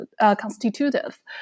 constitutive